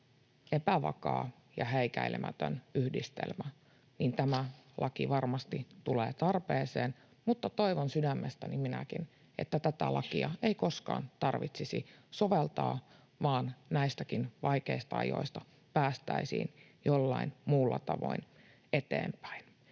epävakaan ja häikäilemättömän yhdistelmä, niin tämä laki varmasti tulee tarpeeseen. Mutta toivon sydämestäni minäkin, että tätä lakia ei koskaan tarvitsisi soveltaa vaan näistäkin vaikeista ajoista päästäisiin jollain muulla tavoin eteenpäin.